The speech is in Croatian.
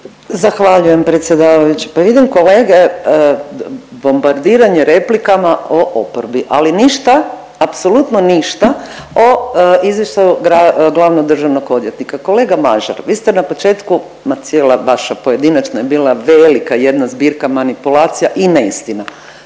Zahvaljujem predsjedavajući. Pa vidim kolege bombardiranje replikama o oporbi, ali ništa, apsolutno ništa o izvještaju glavnog državnog odvjetnika. Kolega Mažar vi ste na početku, ma cijela vaša pojedinačna je bila velika jedna zbirka manipulacija i neistina.